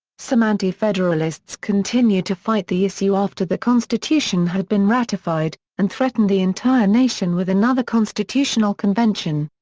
some anti-federalists continued to fight the issue after the constitution had been ratified, and threatened the entire nation with another constitutional convention.